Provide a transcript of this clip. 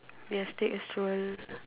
yes take a stroll